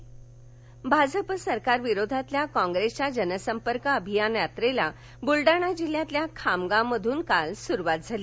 कॉंग्रेस भाजप सरकारविरोधातील काँप्रेसच्या जनसंपर्क अभियान यात्रेला बुलडाणा जिल्ह्यातील खामगावमधून काल सुरूवात झाली